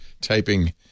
typing